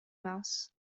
mouse